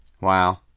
Wow